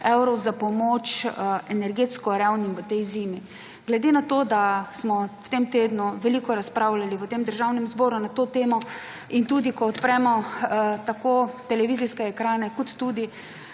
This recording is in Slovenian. za pomoč energetsko revnim v tej zimi. Glede na to, da smo v tem tednu veliko razpravljali v Državnem zboru na to temo in tudi, ko odpremo tako televizijske ekrane kot tudi